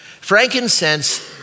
Frankincense